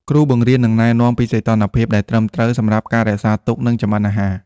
គ្រូបង្រៀននឹងណែនាំពីសីតុណ្ហភាពដែលត្រឹមត្រូវសម្រាប់ការរក្សាទុក និងចម្អិនអាហារ។